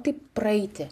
taip praeiti